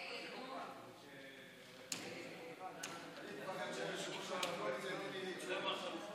להלן: קבוצת סיעת ישראל ביתנו: 3, 4 ו-5.